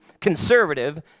conservative